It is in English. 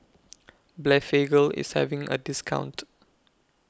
Blephagel IS having A discount